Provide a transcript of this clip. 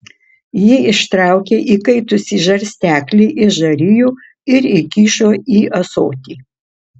ji ištraukė įkaitusį žarsteklį iš žarijų ir įkišo į ąsotį